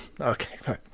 okay